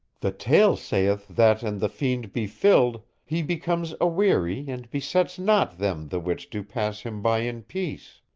the tale saith that and the fiend be filled, he becomes aweary and besets not them the which do pass him by in peace.